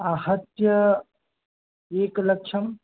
आहत्य एकलक्षम्